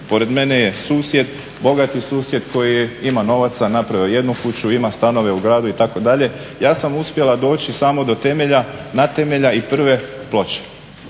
pored mene je susjed, bogati susjed koji ima novaca, napravio je jednu kuću ima stanove u gradu itd. Ja sam samo do temelja nad temelja i prve ploče